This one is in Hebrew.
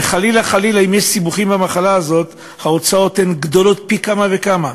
וחלילה חלילה אם יש סיבוכים למחלה הזאת ההוצאות הן גדולות פי כמה וכמה.